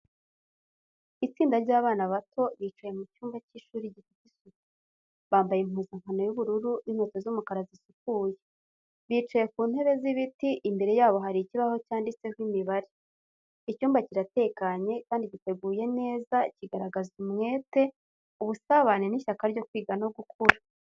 Itsinda ry’abana bato bicaye mu cyumba cy’ishuri gifite isuku, bambaye impuzankano y’ubururu n’inkweto z’umukara zisukuye. Bicaye ku ntebe z’ibiti, imbere yabo hari ikibaho cyanditseho imibare. Icyumba kiratekanye kandi giteguye neza, kigaragaza umwete, ubusabane n’ishyaka ryo kwiga no gukura.